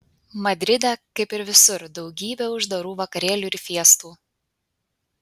madride kaip ir visur daugybė uždarų vakarėlių ir fiestų